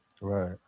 right